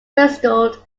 whistled